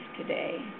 today